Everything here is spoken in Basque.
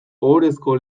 ohorezko